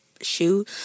shoe